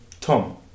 Tom